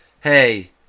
Hey